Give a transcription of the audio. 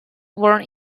born